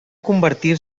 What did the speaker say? convertir